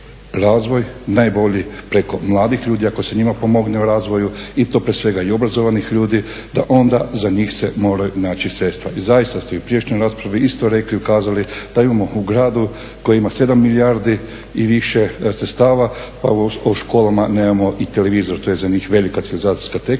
najbolji preko mladih ljudi ako se njima pomogne u razvoju i to prije svega i obrazovanih ljudi da onda za njih se moraju naći sredstva. I zaista ste u prijašnjoj raspravi isto rekli, ukazali da imamo u gradu koji ima 7 milijardi i više sredstava pa u školam nemamo i televizor, to je njih velika civilizacijska tekovima.